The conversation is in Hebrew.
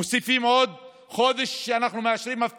מוסיפים עוד חודש שאנחנו מאשרים בו אבטלה,